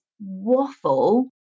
waffle